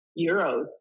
euros